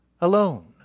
alone